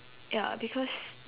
ya because